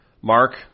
Mark